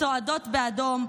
הצועדות באדום,